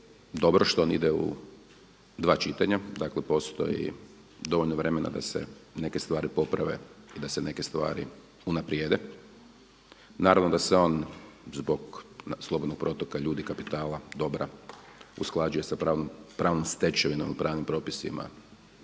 dobro što on ide u dva čitanja, dakle postoji dovoljno vremena da se neke stvari poprave, da se neke stvari unaprijede. Naravno da se on zbog slobodnog protoka ljudi, kapitala, dobra usklađuje sa pravnom stečevinom, pravnim propisima